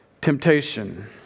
temptation